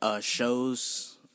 Shows